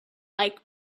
like